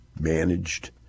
managed